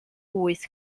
wyth